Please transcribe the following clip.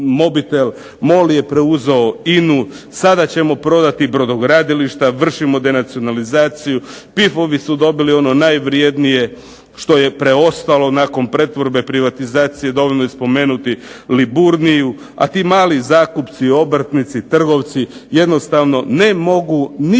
MOL je preuzeo INA-u. Sada ćemo prodati brodogradilišta, vršimo denacionalizaciju. PIF-ovi su dobili ono najvrednije što je preostalo nakon pretvorbe, privatizacije. Dovoljno je spomenuti Liburniju, a ti mali zakupci, obrtnici, trgovci jednostavno ne mogu ni